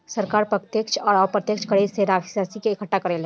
सरकार प्रत्यक्ष आ अप्रत्यक्ष कर से राशि के इकट्ठा करेले